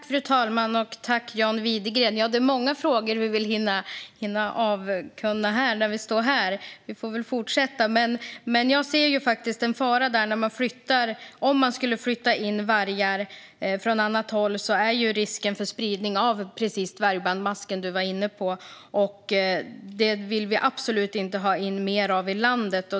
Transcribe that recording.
Fru talman! Jag tackar John Widegren för detta. Det är många frågor som vi ska hinna med här. Jag ser faktiskt en fara i att flytta in vargar från annat håll. Då finns det risk för spridning av dvärgbandmask, precis som du var inne på, John Widegren. Den vill vi absolut inte ha in mer av i landet.